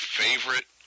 favorite